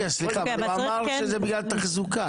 רגע, סליחה, אבל הוא אמר שזה בגלל תחזוקה.